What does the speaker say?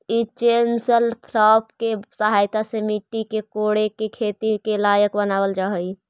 ई chisel plough के सहायता से मट्टी के कोड़के खेती के लायक बनावल जा हई